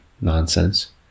nonsense